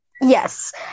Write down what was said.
Yes